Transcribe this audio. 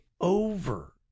over